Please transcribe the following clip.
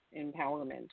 empowerment